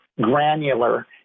granular